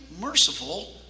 merciful